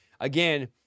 again